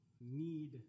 need